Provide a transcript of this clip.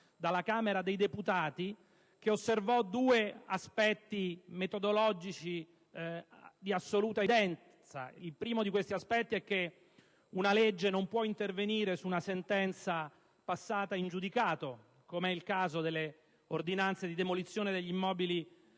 dalla Camera dei deputati, che osservò due aspetti metodologici di assoluta evidenza: il primo è che una legge non può intervenire su una sentenza passata in giudicato, come è il caso delle ordinanze di demolizione degli immobili